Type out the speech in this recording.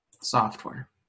software